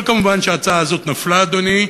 אבל מובן שההצעה הזאת נפלה, אדוני,